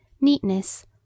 neatness